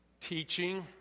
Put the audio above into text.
teaching